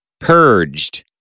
purged